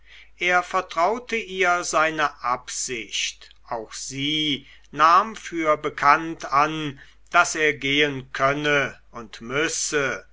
er vertraute ihr seine absicht auch sie nahm für bekannt an daß er gehen könne und müsse